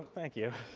thank you.